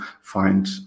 find